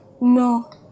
No